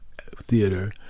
theater